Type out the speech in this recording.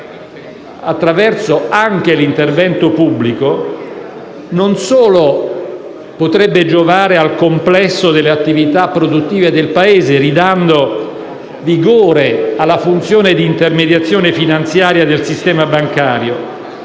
attraverso anche l'intervento pubblico potrebbe giovare non solo al complesso delle attività produttive del Paese, restituendo vigore alla funzione di intermediazione finanziaria del sistema bancario,